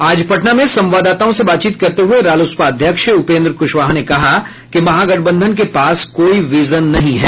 आज पटना में संवाददाताओं से बातचीत करते हुए रालोसपा अध्यक्ष उपेन्द्र कुशवाहा ने कहा कि महागठबंधन के पास कोई विजन नहीं है